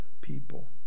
people